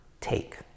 take